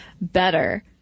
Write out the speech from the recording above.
better